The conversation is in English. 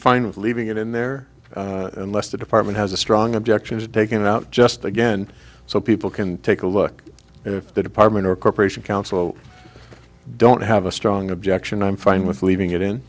fine with leaving it in there unless the department has a strong objection to taking it out just again so people can take a look if the department or corporation council don't have a strong objection i'm fine with leaving it in